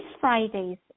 Friday's